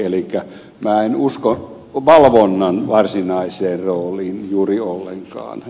elikkä minä en usko valvonnan varsinaiseen rooliin juuri ollenkaan